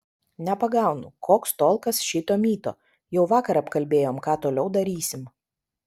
nepagaunu koks tolkas šito myto jau vakar apkalbėjom ką toliau darysim